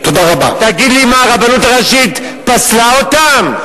תגיד לי, מה, הרבנות הראשית פסלה אותם?